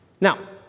Now